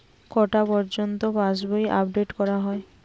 কটা পযর্ন্ত পাশবই আপ ডেট করা হয়?